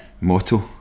motto